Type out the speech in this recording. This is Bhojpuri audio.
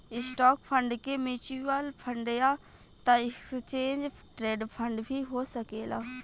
स्टॉक फंड के म्यूच्यूअल फंड या त एक्सचेंज ट्रेड फंड भी हो सकेला